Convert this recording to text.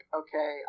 okay